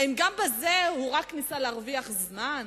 האם גם בזה הוא רק ניסה להרוויח זמן?